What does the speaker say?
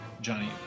Johnny